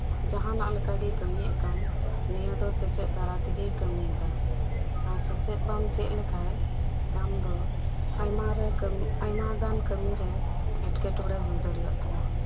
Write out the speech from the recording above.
ᱡᱟᱦᱟᱱᱟᱜ ᱞᱮᱠᱟᱜᱮᱭ ᱠᱟᱹᱢᱤᱭᱮᱫ ᱠᱟᱱ ᱱᱤᱭᱟᱹ ᱫᱚ ᱥᱮᱪᱮᱫ ᱫᱟᱨᱟᱭ ᱛᱮᱜᱮᱭ ᱠᱟᱹᱢᱤᱭᱮᱫᱟ ᱟᱨ ᱥᱮᱪᱮᱫ ᱵᱟᱢ ᱪᱮᱫᱞᱮᱠᱷᱟᱱ ᱟᱢᱫᱚ ᱟᱭᱢᱟᱨᱮ ᱟᱭᱢᱟᱜᱟᱱ ᱠᱟᱹᱢᱤᱨᱮ ᱮᱴᱠᱮᱴᱚᱲᱮ ᱦᱩᱭ ᱫᱟᱲᱮᱭᱟᱜ ᱛᱟᱢᱟ